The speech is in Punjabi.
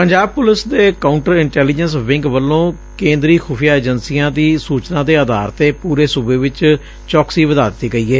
ਪੰਜਾਬ ਪੁਲਿਸ ਦੇ ਕਾਊਂਟਰ ਇੰਟੈਲੀਜੈਂਸ ਵਿੰਗ ਵੱਲੋਂ ਕੇਂਦਰੀ ਖੁਫੀਆ ਏਜੰਸੀਆਂ ਦੀ ਸੂਚਨਾ ਦੇ ਆਧਾਰ ਤੇ ਪੂਰੇ ਸੂਬੇ ਵਿਚ ਚੌਕਸੀ ਵਧਾ ਦਿੱਤੀ ਏ